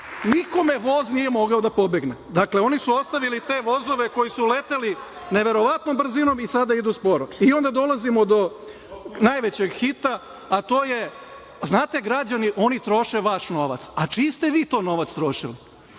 nikome voz nije mogao da pobegne. Znate, oni su ostavili te vozove koji su leteli neverovatnom brzinom i sada idu sporo.I onda dolazimo do najvećeg hita, a to je – znate građani oni troše vaš novac. A čiji ste vi to novac trošili?